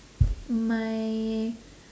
my